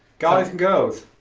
guys and girls,